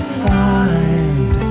find